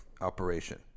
operation